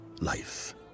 life